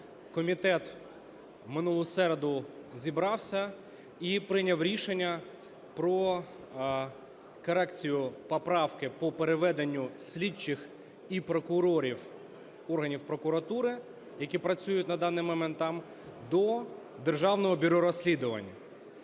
комітет у минулу середу зібрався і прийняв рішення про корекцію поправки по переведенню слідчих і прокурорів органів прокуратури, які працюють на даний момент там, до Державного бюро розслідувань.